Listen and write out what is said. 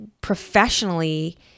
professionally